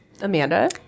Amanda